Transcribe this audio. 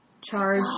charge